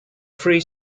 free